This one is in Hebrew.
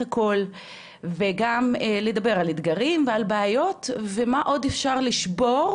הקול וגם לדבר על אתגרים ובעיות ומה עוד אפשר לשבור,